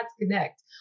connect